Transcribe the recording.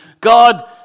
God